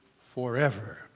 forever